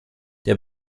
der